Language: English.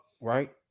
right